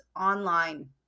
online